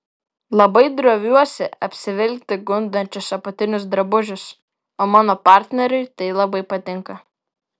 labai droviuosi apsivilkti gundančius apatinius drabužius o mano partneriui tai labai patinka